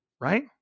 right